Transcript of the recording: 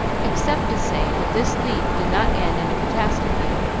except to say that this leap did not end in a catastrophe,